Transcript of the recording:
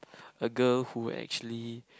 a girl who actually